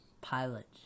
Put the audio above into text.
pilots